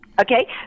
Okay